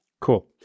Cool